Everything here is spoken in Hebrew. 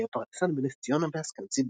היה פרדסן בנס ציונה ועסקן ציבור.